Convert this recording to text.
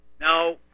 now